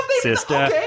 Sister